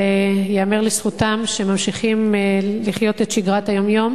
אבל ייאמר לזכותם שהם ממשיכים לחיות את שגרת היום-יום